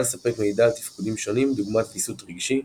לספק מידע על תפקודים שונים דוגמת ויסות רגשי,